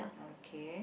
okay